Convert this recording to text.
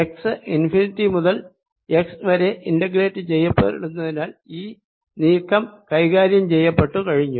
x infinity മുതൽ x വരെ integrate ചെയ്യപ്പെടുന്നതിനാൽ ഈ നീക്കം കൈകാര്യം ചെയ്യപ്പെട്ടു കഴിഞ്ഞു